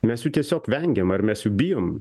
mes jų tiesiog vengiam ar mes jų bijom